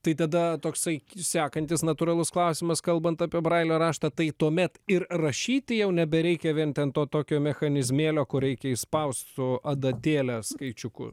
tai tada toksai sekantis natūralus klausimas kalbant apie brailio raštą tai tuomet ir rašyti jau nebereikia vien ten to tokio mechanizmėlio kur reikia išspausti su adatėle skaičiuku